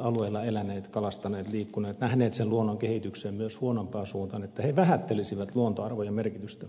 alueilla eläneet kalastaneet liikkuneet nähneet sen luonnon kehityksen myös huonompaan suuntaan vähättelisivät luontoarvojen merkitystä